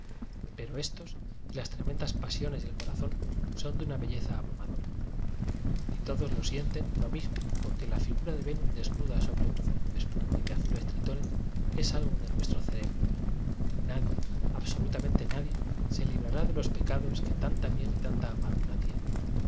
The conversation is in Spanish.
pero éstos y las tremen das pasiones del corazón son de una belle za abrumadora y todos lo sienten lo mismo porque la figura de venus desnuda sobre un fondo de espuma y de azules tritones es algo de nuestro cerebro y nadie absolufameníe nadie se librará de los pecados que tan bien y tanta amargura tienen